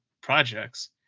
projects